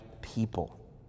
people